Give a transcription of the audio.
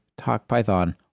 TalkPython